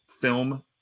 film